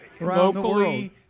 Locally